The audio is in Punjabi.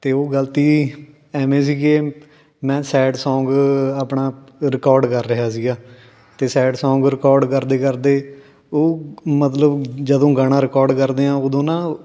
ਅਤੇ ਉਹ ਗਲਤੀ ਐਵੇਂ ਸੀ ਕਿ ਮੈਂ ਸੈਡ ਸੌਂਗ ਆਪਣਾ ਰਿਕੋਡ ਕਰ ਰਿਹਾ ਸੀਗਾ ਅਤੇ ਸੈਡ ਸੌਂਗ ਰਿਕੋਡ ਕਰਦੇ ਕਰਦੇ ਉਹ ਮਤਲਬ ਜਦੋਂ ਗਾਣਾ ਰਿਕੋਡ ਕਰਦੇ ਹਾਂ ਉਦੋਂ ਨਾ